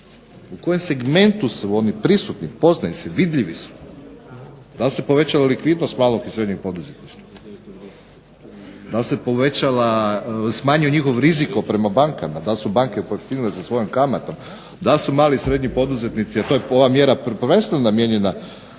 U kojem segmentu su oni prisutni, poznaju se vidljivi su? Da li se povećala likvidnost malog i srednje poduzetništva? Da li se smanjio njihov rizik prema bankama? Da li su banke pojeftinile sa svojom kamatom? Da li su mali i srednji poduzetnici a to je ova mjera prvenstveno namijenjena